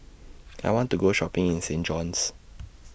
I want to Go Shopping in Saint John's